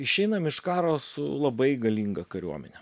išeinam iš karo su labai galinga kariuomene